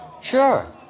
Sure